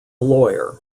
lawyer